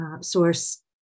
source